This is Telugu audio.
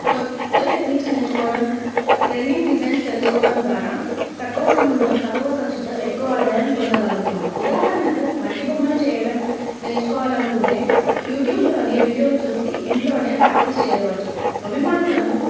కొత్త టెక్నిక్స్ నేర్చుకోడం ట్రెండింగ్ డిజైన్స్ తెలుసుకోవడం ద్వారా తక్కువ సమయంలో తక్కువ ఖచుతో ఎక్కువ ఆదాయం పొందగలుగుతున్నారు ఉదాహరణకు మట్టి బొమ్మలు చేయడం నేర్చుకోవాలనుకుంటే యూట్యూబ్లోని వీడియోలు చూసి ఇంట్లోనే ప్రాక్టీస్ చేయవచ్చు అభిమానులను